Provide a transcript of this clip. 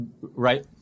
right